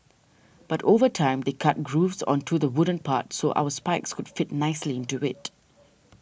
but over time they cut grooves onto the wooden part so our spikes could fit nicely into it